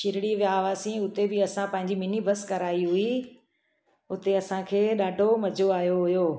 शिरडी विया हुआसीं हुते बि असां पंहिंजी मिनी बस कराई हुई हुते असांखे ॾाढो मज़ो आयो हुओ